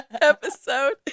episode